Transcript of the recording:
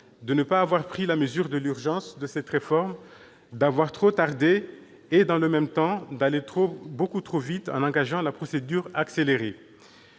de ne pas avoir pris la mesure de l'urgence de cette réforme, d'avoir trop tardé et, dans le même temps, d'aller beaucoup trop vite en ayant engagé la procédure accélérée.